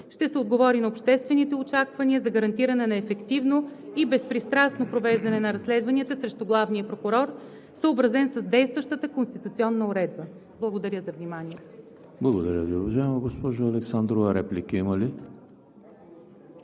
ще се отговори на обществените очаквания за гарантиране на ефективно и безпристрастно провеждане на разследванията срещу главния прокурор, съобразен с действащата конституционна уредба. Благодаря за вниманието. ПРЕДСЕДАТЕЛ ЕМИЛ ХРИСТОВ: Благодаря Ви, уважаема госпожо Александрова. Реплики има ли?